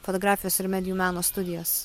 fotografijos ir medijų meno studijas